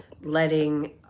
letting